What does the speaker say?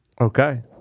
Okay